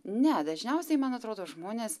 ne dažniausiai man atrodo žmonės